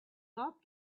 golf